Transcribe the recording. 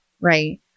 Right